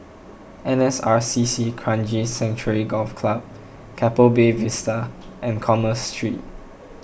N S R C C Kranji Sanctuary Golf Club Keppel Bay Vista and Commerce Street